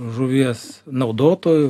žuvies naudotojų